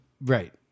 Right